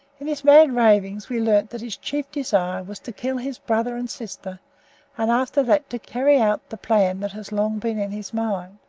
in his mad ravings we learned that his chief desire was to kill his brother and sister and after that to carry out the plan that has long been in his mind.